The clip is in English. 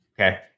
Okay